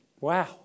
Wow